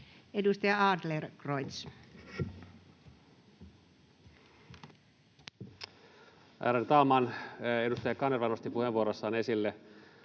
Edustaja Adlercreutz. Ärade talman! Edustaja Kanerva nosti puheenvuorossaan esille